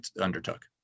undertook